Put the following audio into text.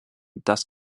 dass